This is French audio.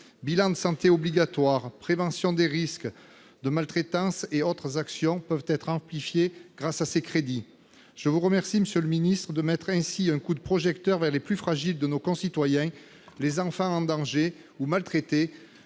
Bilans de santé obligatoires, préventions des risques de maltraitance et autres actions pourront être développés grâce à ces crédits. Je vous remercie, monsieur le secrétaire d'État, de mettre ainsi un coup de projecteur sur les plus fragiles de nos concitoyens : les enfants en danger ou maltraités,